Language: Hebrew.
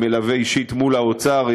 מלווה אישית מול האוצר,